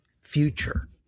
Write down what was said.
future